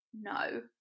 no